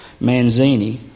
Manzini